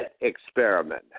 experiment